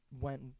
Went